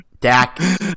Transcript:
Dak